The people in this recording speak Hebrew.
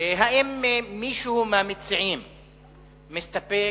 האם מישהו מהמציעים מסתפק,